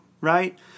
right